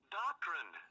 doctrine